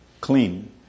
clean